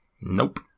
Nope